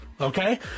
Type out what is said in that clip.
okay